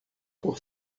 por